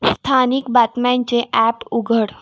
स्थानिक बातम्यांचे ॲप उघड